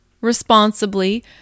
responsibly